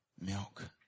milk